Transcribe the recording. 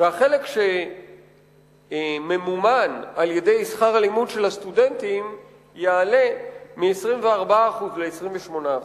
והחלק שממומן על-ידי שכר הלימוד של הסטודנטים יעלה מ-24% ל-28%.